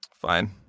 Fine